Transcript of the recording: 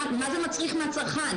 מה זה מצריך מהצרכן?